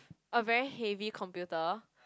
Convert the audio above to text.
a very heavy computer